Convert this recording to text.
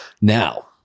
Now